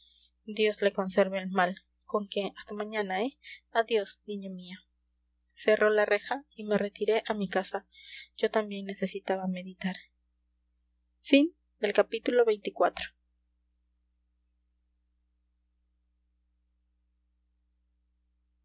dios le conserve el mal conque hasta mañana eh adiós niña mía cerró la reja y me retiré a mi casa yo también necesitaba meditar